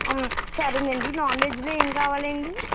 సరేనండి నాన్ వెజ్లొ ఏం కావాలండి